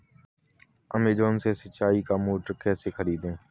Amazon से सिंचाई का मोटर कैसे खरीदें?